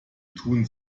tun